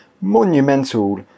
monumental